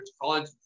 college